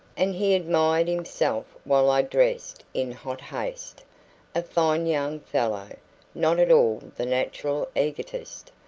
and he admired himself while i dressed in hot haste a fine young fellow not at all the natural egotist,